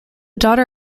daughter